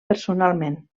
personalment